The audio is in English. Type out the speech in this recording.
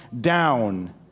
down